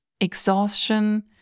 exhaustion